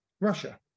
Russia